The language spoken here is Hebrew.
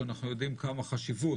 שאנחנו יודעים כמה חשיבות